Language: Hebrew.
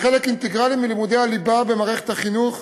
וחלק אינטגרלי של לימודי הליבה במערכת החינוך